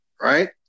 right